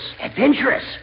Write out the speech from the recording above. Adventurous